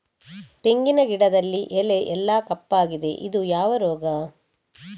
ತೆಂಗಿನ ಗಿಡದಲ್ಲಿ ಎಲೆ ಎಲ್ಲಾ ಕಪ್ಪಾಗಿದೆ ಇದು ಯಾವ ರೋಗ?